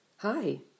Hi